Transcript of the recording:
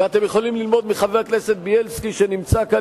ואתם יכולים ללמוד מחבר הכנסת בילסקי שנמצא כאן,